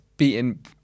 beaten